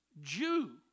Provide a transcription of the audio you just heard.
Jew